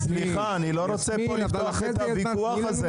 סליחה, אני לא רוצה פה לפתוח את הוויכוח הזה.